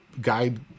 guide